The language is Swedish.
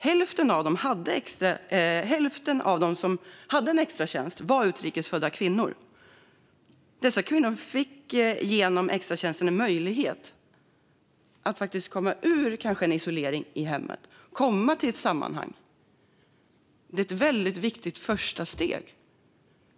Hälften av dem som hade en extratjänst var utrikes födda kvinnor. Dessa kvinnor fick genom extratjänsten en möjlighet att faktiskt kanske komma ur en isolering i hemmet och komma till ett sammanhang. Det är ett väldigt viktigt första steg.